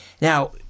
Now